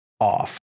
off